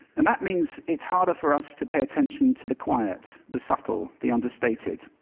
and that means it's harder for us to pay attention to the quiet, the subtle, the understated.